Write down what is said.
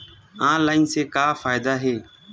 Online से का फ़ायदा हे?